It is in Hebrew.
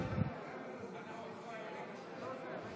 ולא נותנים